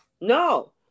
No